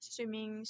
Swimming